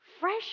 fresh